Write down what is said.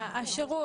השירות.